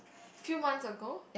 few months ago